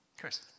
Chris